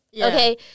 okay